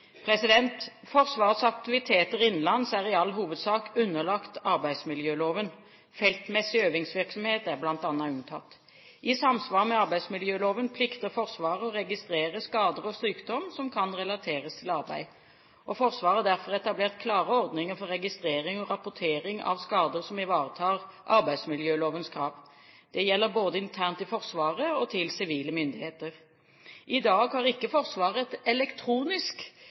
Forsvarets aktiviteter innenlands er i all hovedsak underlagt arbeidsmiljøloven. Feltmessig øvingsvirksomhet er bl.a. unntatt. I samsvar med arbeidsmiljøloven plikter Forsvaret å registrere skader og sykdom som kan relateres til arbeid. Forsvaret har derfor etablert klare ordninger for registrering og rapportering av skader, som ivaretar arbeidsmiljølovens krav. Det gjelder både internt i Forsvaret og til sivile myndigheter. I dag har ikke Forsvaret et elektronisk